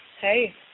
Hey